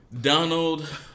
Donald